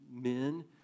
men